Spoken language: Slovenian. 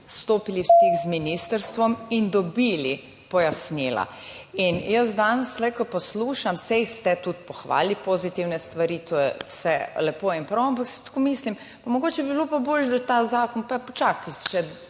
stopili v stik z ministrstvom in dobili pojasnila. Jaz danes tu, ko poslušam, saj ste tudi pohvalili pozitivne stvari, to je vse lepo in prav, ampak si tako mislim, mogoče bi bilo pa boljše, da bi ta zakon počakal